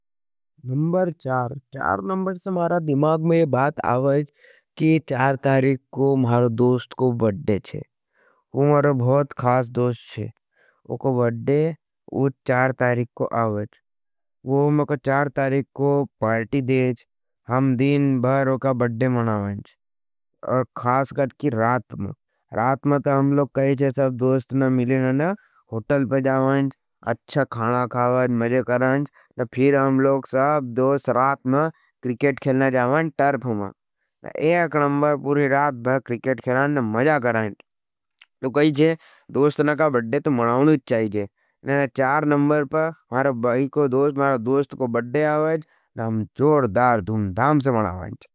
नंबर चार चार नमब्र से मरा दिमाग में ये बात आवाएज कि 4 तारीक को मारो दोसत को बढ़्डे छे। मुरो भौत खास दोस्ट छे। को बढ़्डे, मुरो बढ़्डे चार तारीक पर आवाएज। मुरो चार तारीक पर पार्टी देयैज। और सब दोस्ट रात में क्रिकेट खेलना जाओँ तरफ हूँआ। न एक नमबर पुरी रात भी क्रिकेट खेलाँ न मजा कराइंट। तो कही छे दोस्ट न कहा बडडे तो मनाओनु चाहीचे न न चार नमबर पर मारे बही को दोस्ट, मारे दोस्ट को बडडे आओज नम जोर दार दुन धाम से मना वैंच।